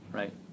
right